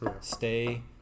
stay